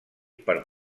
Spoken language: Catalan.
per